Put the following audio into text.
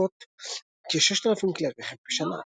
הבודקות כ-6,000 כלי רכב בשנה.